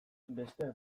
besteak